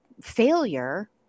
failure